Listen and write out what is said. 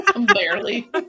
barely